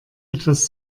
etwas